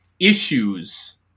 issues